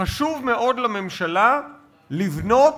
חשוב מאוד לממשלה לבנות